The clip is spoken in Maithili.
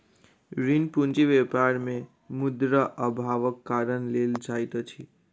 ऋण पूंजी व्यापार मे मुद्रा अभावक कारण लेल जाइत अछि